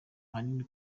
ahanini